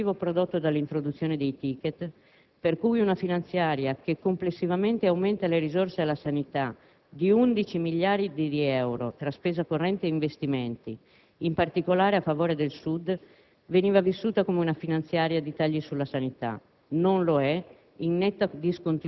Le modifiche introdotte mandano un primo segnale positivo, rompono l'effetto distorsivo prodotto dall'introduzione dei *tickets*, per cui una finanziaria che complessivamente aumenta le risorse alla sanità di 11 miliardi di euro tra spesa corrente e investimenti, in particolare a favore del Sud,